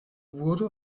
wurde